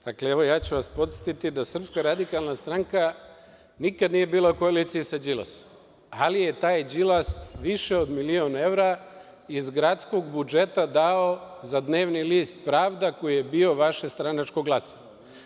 Dakle, ja ću vas podsetiti da SRS nikada nije bila u koaliciji sa Đilasom, ali je taj Đilas više od milion evra iz gradskog budžeta dao za dnevni list „Pravda“ koji je bio vaše stranačko glasilo.